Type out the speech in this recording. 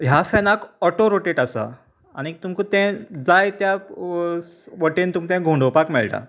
ह्या फेनाक auto rotate आसा आनीक तुमकां तें जाय त्या वटेन तुमकां तें घुंवडावपाक मेळटा